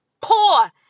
poor